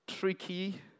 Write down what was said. tricky